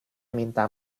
minta